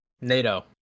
NATO